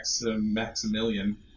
Maximilian